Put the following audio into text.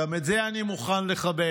גם את זה אני מוכן לכבד.